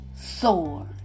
sword